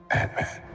Batman